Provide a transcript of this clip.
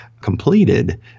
completed